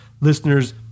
listeners